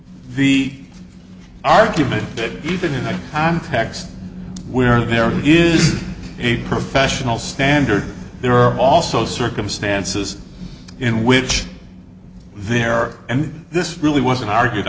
the argument that even in a context where there is a professional standard there are also circumstances in which there are and this really wasn't argued